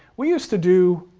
we used to do.